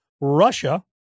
Russia